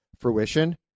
fruition